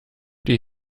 die